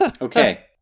Okay